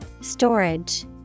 Storage